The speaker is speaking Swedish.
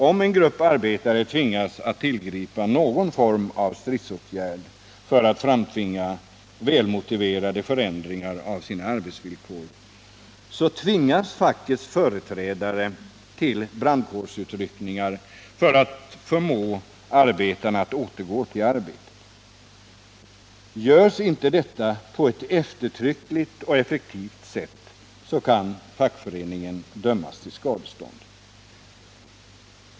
Om en grupp arbetare måste tillgripa någon form av stridsåtgärd för att framtvinga välmotiverade förändringar av sina arbetsvillkor, tvingas fackets företrädare till brandkårsutryckningar för att förmå arbetarna att återgå till arbetet. Görs inte detta på ett eftertryckligt och effektivt sätt, kan fackföreningen dömas till skadestånd.